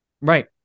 Right